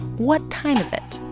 what time is it?